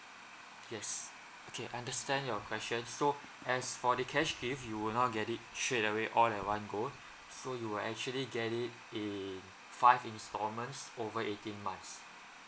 yes okay understand your question so as for the cash gift you will not get it straight away all at one go so will you actually get it in five installments over eighteen months